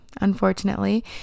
unfortunately